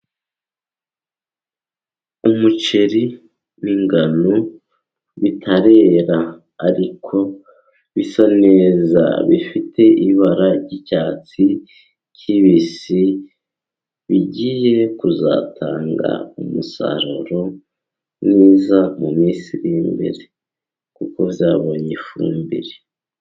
Umuceri w'ingano bitarera ariko bisa neza, bifite ibara ry'icyatsi kibisi bigiye kuzatanga umusaruro mwiza mu minsi ir'imbere kuko zabonye ifumbire.